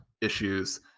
issues